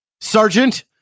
Sergeant